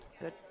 good